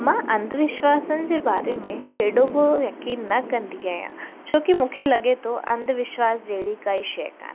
मां अंधविश्वासनि जे बारे में हेॾो को यकीन न कंदी आहियां छो की मूंखे लॻे थो अंधविश्वास जहिड़ी काई शइ कोन्हे